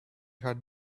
had